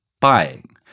buying